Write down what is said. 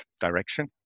direction